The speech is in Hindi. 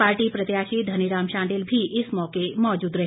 पार्टी प्रत्याशी धनीराम शांडिल भी इस मौके मौजूद रहे